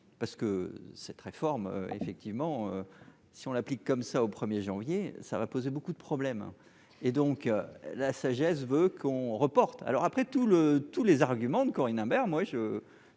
parce que cette réforme, effectivement, si on l'applique, comme ça au 1er janvier ça va poser beaucoup de problèmes et donc la sagesse veut qu'on reporte alors après tout, le tous les arguments de Corinne Imbert moi je,